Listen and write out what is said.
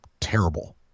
terrible